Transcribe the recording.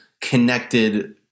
connected